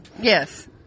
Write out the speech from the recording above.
Yes